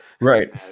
Right